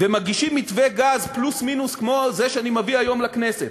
ומגישים מתווה גז פלוס מינוס כמו זה שאני מביא היום לכנסת,